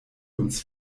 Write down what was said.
uns